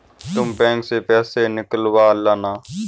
तुम बैंक से पैसे निकलवा लाना